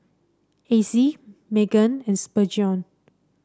Acey Meggan and Spurgeon